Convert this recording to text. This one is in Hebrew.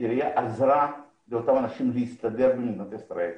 העירייה עזרה לאותם אנשים להסתדר במדינת ישראל.